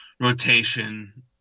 rotation